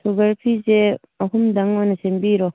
sugar ꯐ꯭ꯔꯤꯁꯦ ꯑꯍꯨꯝꯗꯪ ꯑꯣꯏꯅ ꯁꯦꯝꯕꯤꯔꯣ